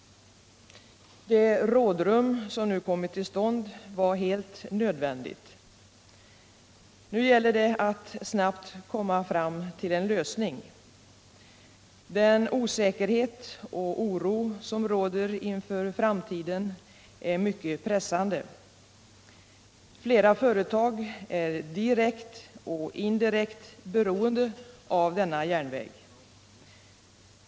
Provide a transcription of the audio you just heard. Det rådrum som nu kommit till stånd var helt nödvändigt. Nu gäller det att snabbt komma fram till en lösning. Den osäkerhet och oro som råder inför framtiden är mycket pressande. Flera företag är direkt och indirekt beroende av denna järnväg.